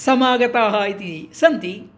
समागताः इति सन्ति